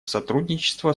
сотрудничества